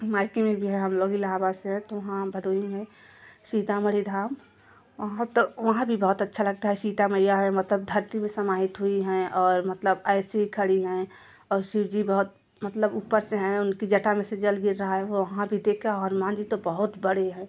माइके में भी है हम लोग इलाहाबाद से हैं तो वहाँ भदोही में सीतमढ़ी धाम वहाँ तो वहाँ भी बहुत अच्छा लगता है सीता मैया है मतलब धरती में समाहित हुई हैं और मतलब ऐसी खड़ी हैं और शिव जी बहुत मतलब ऊपर से हैं उनकी जटा में जल गिर रहा है वहाँ भी देखा हनुमान जी तो बहुत बड़े हैं